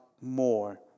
more